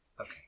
Okay